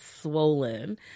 swollen